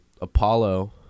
Apollo